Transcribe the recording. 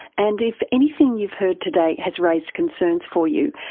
and if anything you've heard today has raised concerns for you,